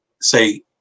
say